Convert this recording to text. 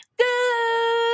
good